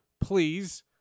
please